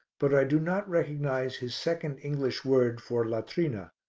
but i do not recognize his second english word for latrina,